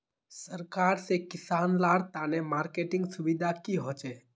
सरकार से किसान लार तने मार्केटिंग सुविधा की होचे?